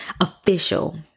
official